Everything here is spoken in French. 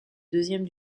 deuxième